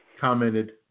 commented